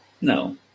No